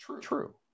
True